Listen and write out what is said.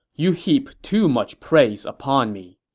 you heap too much praise upon me.